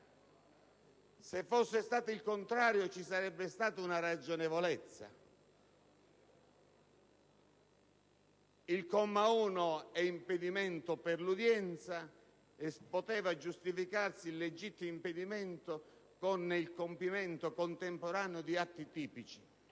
Se fosse stato il contrario vi sarebbe stata una ragionevolezza. Il comma 1 fa riferimento all'impedimento per l'udienza, e in quel caso si poteva giustificare il legittimo impedimento con il compimento contemporaneo di atti tipici,